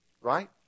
right